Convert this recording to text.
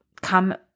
come